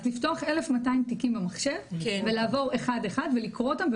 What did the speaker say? אז לפתוח 1200 תיקים במחשב ולעבור אחד אחד ולקרוא אותם,